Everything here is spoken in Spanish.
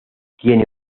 tienen